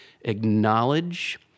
Acknowledge